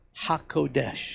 HaKodesh